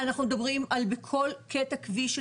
אנחנו מדברים על זה שבכל קטע כביש של